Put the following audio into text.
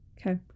Okay